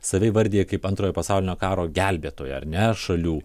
save įvardija kaip antrojo pasaulinio karo gelbėtoja ar ne šalių